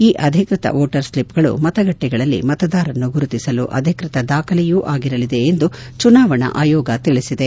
ಈ ಅಧಿಕೃತ ಓಟರ್ಸ್ಲಿಪ್ಗಳು ಮತಗಟ್ಟೆಗಳಲ್ಲಿ ಮತದಾರರನ್ನು ಗುರುತಿಸಲು ಅಧಿಕೃತ ದಾಖಲೆಯೂ ಆಗಿರಲಿದೆ ಎಂದು ಚುನಾವಣಾ ಆಯೋಗ ತಿಳಿಸಿದೆ